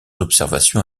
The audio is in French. observations